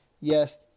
Yes